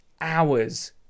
hours